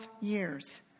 years